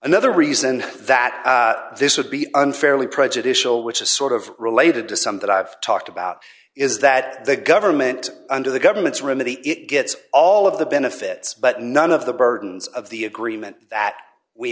another reason that this would be unfairly prejudicial which is sort of related to some that i've talked about is that the government under the government's rim of the it gets all of the benefits but none of the burdens of the agreement that we